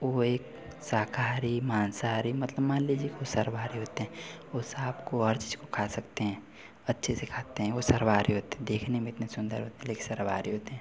वह एक शाकाहारी मांसाहारी मतलब मान लीजिए कि वे सर्वाहारी होते हैं वे साँप को हर चीज़ को खा सकते हैं अच्छे से खाते हैं वह सर्वाहारी होते देखने में इतने सुन्दर होते लेकिन सर्वाहारी होते हैं